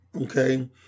okay